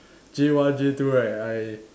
J one J two right I